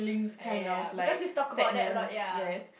eh ya because you talk about that a lot ya